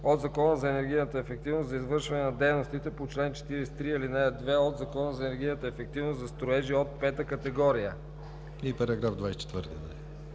от Закона за енергийната ефективност за извършване на дейностите по чл. 43, ал. 2 от Закона за енергийната ефективност за строежи от пета категория.“ Има